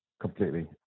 completely